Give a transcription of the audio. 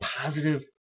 positive